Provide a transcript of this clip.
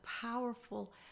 powerful